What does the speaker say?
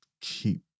keep